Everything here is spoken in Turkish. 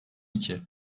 iki